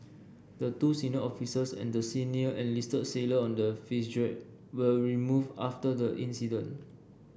the two senior officers and the senior enlisted sailor on the Fitzgerald were removed after the incident